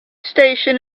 station